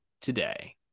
today